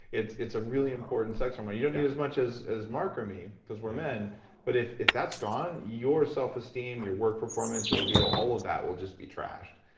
it's it's a really important sex um hormone. you don't need as much as as mark or me cause we're men but if if that's gone your self esteem, your work performance, your libido, all of that will just be trashed.